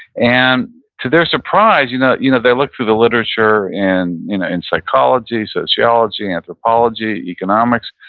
and to their surprise, you know you know they looked for the literature in you know in psychology, sociology, anthropology, economics,